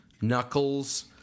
Knuckles